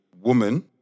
woman